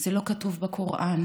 זה לא כתוב בקוראן,